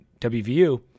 WVU